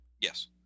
Yes